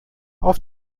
auf